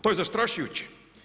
To je zastrašujuće.